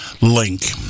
link